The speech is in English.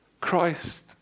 Christ